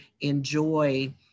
enjoy